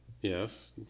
Yes